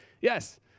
yes